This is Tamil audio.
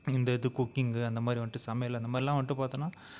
இந்த இது குக்கிங்கு அந்த மாதிரி வந்துட்டு சமையல் அந்த மாதிரிலாம் வந்துட்டு பார்த்தீனா